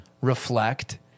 reflect